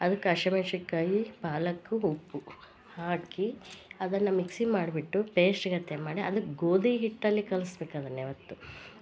ಅದ್ಕ ಹಸಿ ಮೆಣ್ಶಿನ ಕಾಯಿ ಪಾಲಕ್ ಉಪ್ಪು ಹಾಕಿ ಅದನ್ನ ಮಿಕ್ಸಿ ಮಾಡ್ಬಿಟ್ಟು ಪೇಸ್ಟ್ಗತೆ ಮಾಡಿ ಅದ್ಕ ಗೋದಿ ಹಿಟ್ಟಲ್ಲಿ ಕಲ್ಸ್ಬೇಕು ಅದನ್ನ ಯಾವತ್ತು